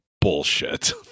bullshit